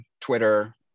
Twitter